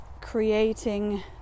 creating